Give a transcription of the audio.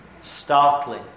startling